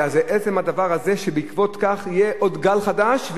אלא זה עצם הדבר הזה שבעקבות זאת יהיה עוד גל חדש,